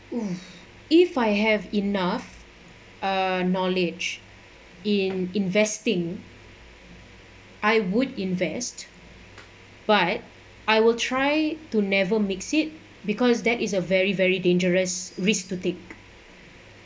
oh if I have enough uh knowledge in investing I would invest but I will try to never mix it because that is a very very dangerous risk to take